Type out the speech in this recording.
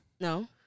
No